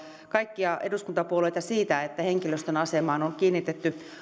kaikkia eduskuntapuolueita siitä henkilöstön asemaan on kiinnitetty